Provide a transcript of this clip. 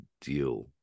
deal